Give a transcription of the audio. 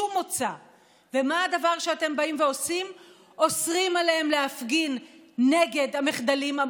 אז בהזדמנות זו שמדברים על חוק-יסוד: משק המדינה,